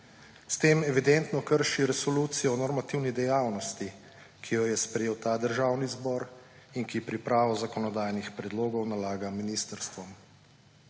S tem evidentno krši Resolucijo o normativni dejavnosti, ki jo je sprejel Državni zbor in ki pripravo zakonodajnih predlogov nalaga ministrstvom.